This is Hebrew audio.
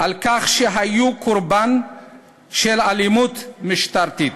על כך שהיו קורבן של אלימות משטרתית.